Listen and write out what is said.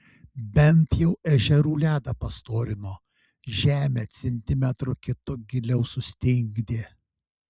bent jau ežerų ledą pastorino žemę centimetru kitu giliau sustingdė